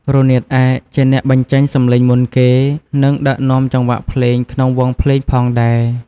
រនាតឯកជាអ្នកបញ្ចេញសំឡេងមុនគេ និងដឹកនាំចង្វាក់ភ្លេងក្នុងវង់ភ្លេងផងដែរ។